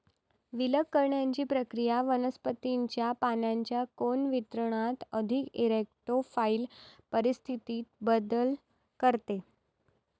विलग करण्याची प्रक्रिया वनस्पतीच्या पानांच्या कोन वितरणात अधिक इरेक्टोफाइल परिस्थितीत बदल करते